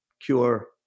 cure